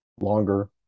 longer